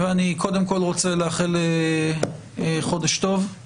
ואני קודם כל רוצה לאחל חודש טוב, ל'